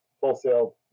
wholesale